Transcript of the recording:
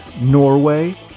Norway